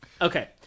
Okay